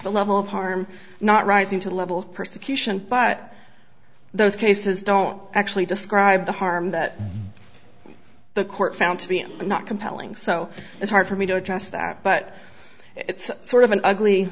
the level of harm not rising to the level of persecution but those cases don't actually describe the harm that the court found to be not compelling so it's hard for me to address that but it's sort of an ugly